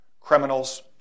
Criminals